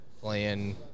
playing